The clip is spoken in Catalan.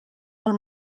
pel